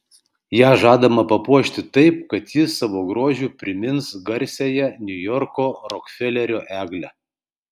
ją žadama papuošti taip kad ji savo grožiu primins garsiąją niujorko rokfelerio eglę